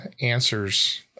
answers